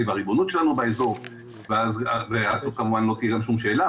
והריבונות שלנו באזור ואז כמובן לא תהיה שום שאלה.